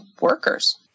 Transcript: workers